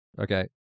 Okay